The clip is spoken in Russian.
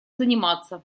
заниматься